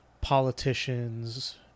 politicians